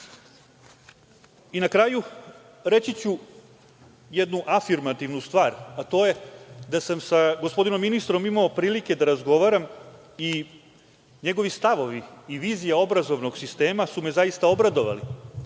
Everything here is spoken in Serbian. kraju reći ću jednu afirmativnu stvar, a to je da sam sa gospodinom ministrom imao prilike da razgovaram i njegovi stavovi i vizije obrazovnog sistema su me zaista obradovali.